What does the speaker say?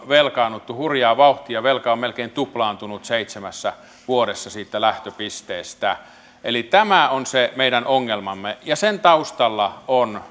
velkaantuneet hurjaa vauhtia velka on melkein tuplaantunut seitsemässä vuodessa siitä lähtöpisteestä eli tämä on se meidän ongelmamme ja sen taustalla on